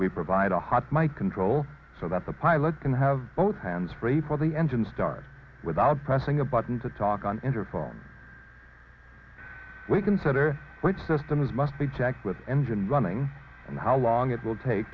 we provide a hot mike control so that the pilot can have both hands free for the engine start without pressing a button to talk on enter form we consider what systems must be checked with engine running and how long it will take